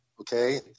okay